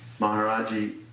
Maharaji